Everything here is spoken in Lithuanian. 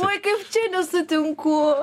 uoi kaip čia nesutinku